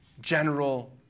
general